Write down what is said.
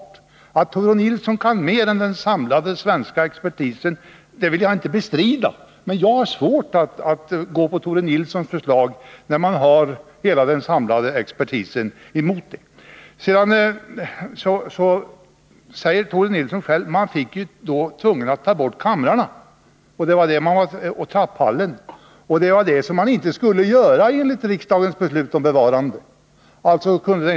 Jag vill inte bestrida att Tore Nilsson kan mer än den samlade svenska expertisen, men jag har svårt att följa Tore Nilssons förslag när man har hela den samlade expertisen emot sig. Tore Nilsson säger själv att man enligt hans förslag bleve tvungen att ta bort kamrarna och trapphallen i det gamla riksdagshuset. Det var det man enligt riksdagens beslut om bevarande inte skulle göra.